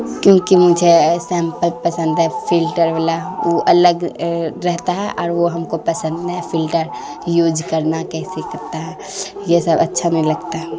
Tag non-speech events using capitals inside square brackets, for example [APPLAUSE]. کیونکہ مجھے [UNINTELLIGIBLE] سیمپل پسند ہے فلٹر والا وہ الگ رہتا ہے اور وہ ہم کو پسند ہے فلٹر یوج کرنا کیسے کرتا ہے یہ سب اچھا نہیں لگتا ہے